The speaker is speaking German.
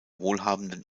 wohlhabenden